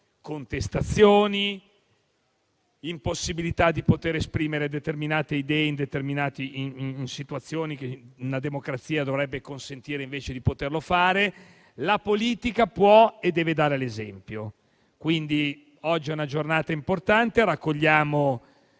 contestazioni e l'impossibilità di poter esprimere determinate idee in situazioni che una democrazia dovrebbe consentire invece di poter fare. La politica può e deve dare l'esempio. Quindi, oggi è una giornata importante, in cui raccogliamo